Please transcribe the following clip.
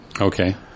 Okay